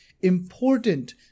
important